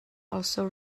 also